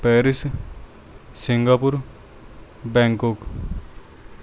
Paris Singapore Bangkok